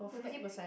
go back yoogane